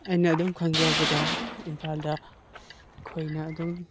ꯑꯩꯅ ꯑꯗꯨꯝ ꯈꯪꯖꯕꯗ ꯏꯝꯐꯥꯜꯗ ꯑꯩꯈꯣꯏꯅ ꯑꯗꯨꯝ